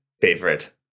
favorite